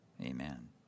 Amen